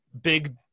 big